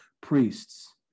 priests